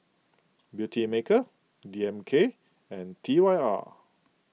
Beautymaker D M K and T Y R